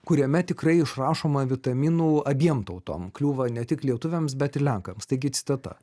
kuriame tikrai išrašoma vitaminų abiem tautom kliūva ne tik lietuviams bet ir lenkams taigi citata